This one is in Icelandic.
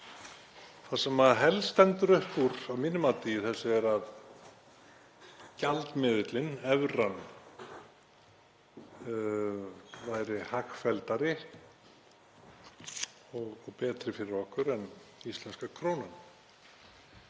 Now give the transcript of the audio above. Það sem helst stendur upp úr að mínu mati í þessu er að gjaldmiðillinn, evran, væri hagfelldari og betri fyrir okkur en íslenska krónan.